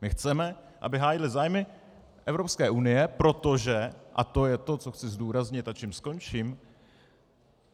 My chceme, aby hájili zájmy Evropské unie, protože, a to je to, co chci zdůraznit a čím skončím,